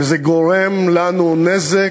וזה גורם לנו נזק,